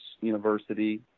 University